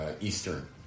Eastern